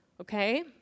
okay